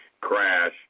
Crash